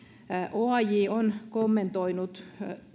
oaj on kommentoinut